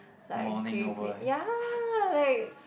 like grieving ya like